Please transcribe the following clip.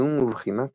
יישום ובחינת